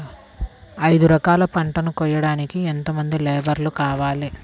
ఐదు ఎకరాల పంటను కోయడానికి యెంత మంది లేబరు కావాలి?